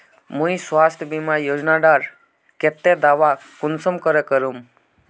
मुई स्वास्थ्य बीमा योजना डार केते दावा कुंसम करे करूम?